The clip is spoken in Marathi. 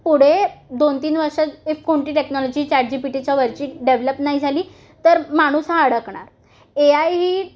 पुढे दोन तीन वर्षात इफ कोणती टेक्नॉलॉजी चॅटजीपीटीच्या वरची डेव्हलप नाही झाली तर माणूस हा अडकणार ए आय ही